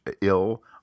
ill